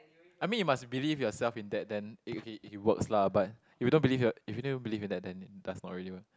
I mean you must believe yourself in that then it it it works lah but if you don't believe you are if you never believe in that then it does not really work